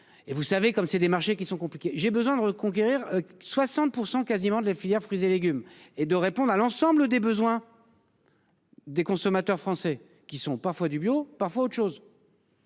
Et vous savez comme c'est des marchés qui sont compliqués. J'ai besoin de reconquérir 60% quasiment de la filière fruits et légumes et de répondre à l'ensemble des besoins. Des consommateurs français qui sont parfois du bio parfois autre chose.